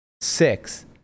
six